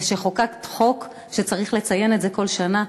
ושחוקקת חוק שצריך לציין את זה כל שנה,